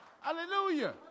Hallelujah